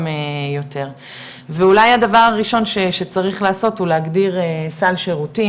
יותר ואולי הדבר הראשון שצריך לעשות הוא להגדיר סל שירותים,